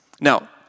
Now